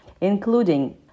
including